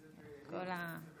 זה בחולם?